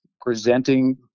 presenting